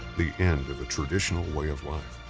the end of a traditional way of life.